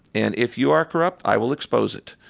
and if you are corrupt, i will expose it.